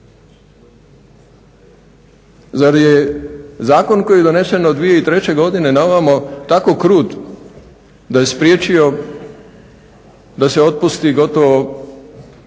Zar je zakon koji je donesen od 2003. godine na ovamo tako krut da je spriječio da se otpusti gotovo,